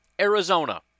Arizona